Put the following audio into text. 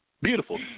Beautiful